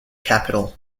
capital